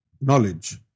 knowledge